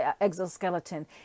exoskeleton